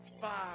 five